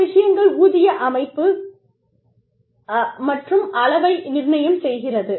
சில விஷயங்கள் ஊதிய அமைப்பு மற்றும் அளவை நிர்ணயம் செய்கிறது